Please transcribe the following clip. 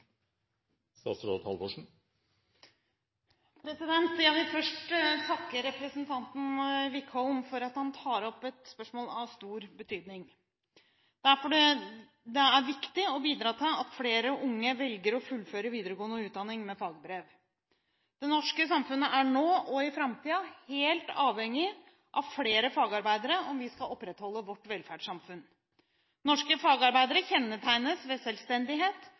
Jeg vil første takke representanten Wickholm for at han tar opp et spørsmål av stor betydning. Det er viktig å bidra til at flere unge velger å fullføre videregående utdanning med fagbrev. Det norske samfunnet er nå og i framtiden helt avhengig av flere fagarbeidere om vi skal opprettholde vårt velferdssamfunn. Norske fagarbeidere kjennetegnes ved selvstendighet